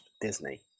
Disney